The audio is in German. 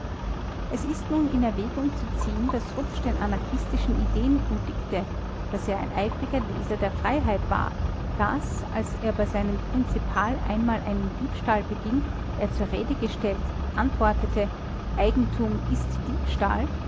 es ist nun in erwägung zu ziehen daß rupsch den anarchistischen ideen huldigte daß er ein eifriger leser der freiheit war daß als er bei seinem prinzipal einmal einen diebstahl beging er zur rede gestellt antwortete eigentum ist diebstahl